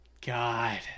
God